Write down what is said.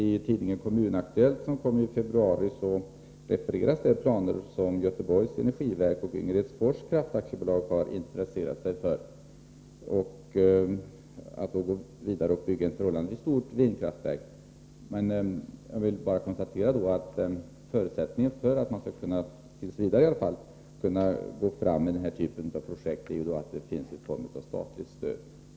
I tidningen KommunAktuellt nr 5 som kom ut i februari i år refereras de planer som Göteborgs energiverk och Yngeredsfors Kraft AB har intresserat sig för, nämligen att gå vidare och bygga ett förhållandevis stort vindkraftverk. Förutsättningen för att man skall kunna gå fram med den här typen av projekt — åtminstone f.n. — är att man får någon form av statligt stöd.